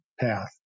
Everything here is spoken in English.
path